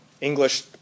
English